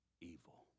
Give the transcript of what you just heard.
evil